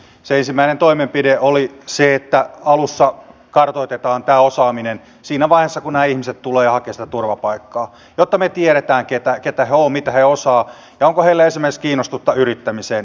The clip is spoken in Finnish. se ensimmäinen toimenpide oli se että alussa kartoitetaan tämä osaaminen siinä vaiheessa kun nämä ihmiset tulevat hakemaan sitä turvapaikkaa jotta me tiedämme keitä he ovat mitä he osaavat ja onko heillä esimerkiksi kiinnostusta yrittämiseen mihin te viittasitte